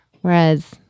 whereas